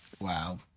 Wow